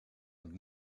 and